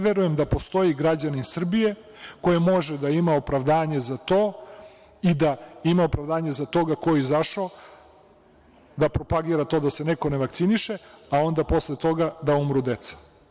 Ne verujem da postoji građanin Srbije koji može da ima opravdanje za to i da ima opravdanje za toga ko je izašao da propagira to da se neko ne vakciniše, a onda posle toga da umru deca.